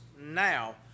now